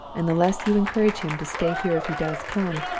and the less you encourage him to stay here if he does come,